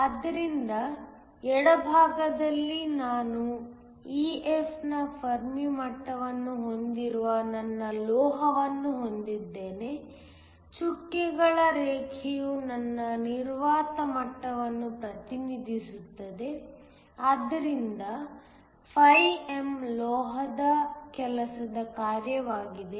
ಆದ್ದರಿಂದ ಎಡಭಾಗದಲ್ಲಿ ನಾನು EF ನ ಫೆರ್ಮಿ ಮಟ್ಟವನ್ನು ಹೊಂದಿರುವ ನನ್ನ ಲೋಹವನ್ನು ಹೊಂದಿದ್ದೇನೆ ಚುಕ್ಕೆಗಳ ರೇಖೆಯು ನನ್ನ ನಿರ್ವಾತ ಮಟ್ಟವನ್ನು ಪ್ರತಿನಿಧಿಸುತ್ತದೆ ಆದ್ದರಿಂದ φm ಲೋಹದ ಕೆಲಸದ ಕಾರ್ಯವಾಗಿದೆ